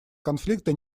конфликта